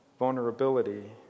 vulnerability